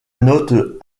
note